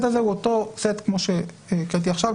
הזה הוא אותו סט כמו שהקראתי עכשיו,